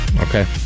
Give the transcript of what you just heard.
okay